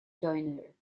joyner